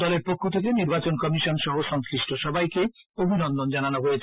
দলের পক্ষ থেকে নির্বাচন কমিশন সহ সংশ্লিষ্ট সবাইকে অভিনন্দন জানানো হয়েছে